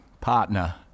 partner